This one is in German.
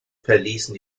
verließen